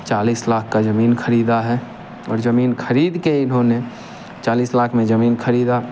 चालीस लाख का जमीन खरीदा है और जमीन खरीद के इन्होंने चालीस लाख में जमीन खरीदा